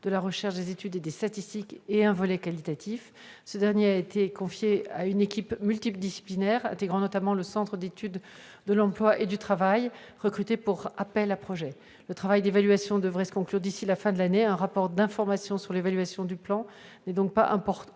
de la recherche, des études et des statistiques, et un volet qualitatif, confié à une équipe multidisciplinaire intégrant notamment le Centre d'études de l'emploi et du travail, recruté pour appel à projets. Ce travail d'évaluation devrait se conclure d'ici à la fin de l'année. Au vu des travaux de ce comité, un rapport d'information sur l'évaluation du plan n'est pas opportun